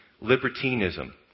Libertinism